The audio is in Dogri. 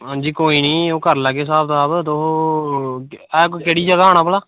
अंजी ओह् कोई निं तुस अस करी लैगे स्हाब कताब अज्ज केह्ड़ी जगह आना भला